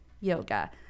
yoga